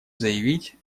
заявить